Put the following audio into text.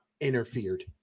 interfered